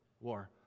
war